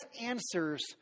answers